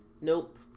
nope